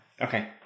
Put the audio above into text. Okay